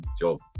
job